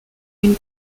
une